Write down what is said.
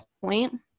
point